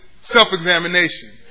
self-examination